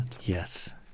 Yes